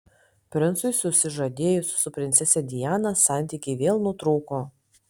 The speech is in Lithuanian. princui susižadėjus su princese diana santykiai vėl nutrūko